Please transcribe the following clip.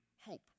hope